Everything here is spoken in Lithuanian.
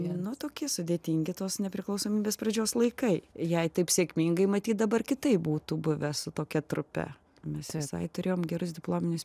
nu tokie sudėtingi tos nepriklausomybės pradžios laikai jei taip sėkmingai matyt dabar kitaip būtų buvę su tokia trupe mes visai turėjom gerus diplominius